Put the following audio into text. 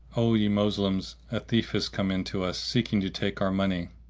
o ye moslems! a thief is come in to us, seeking to take our money!